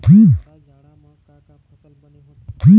जादा जाड़ा म का का फसल बने होथे?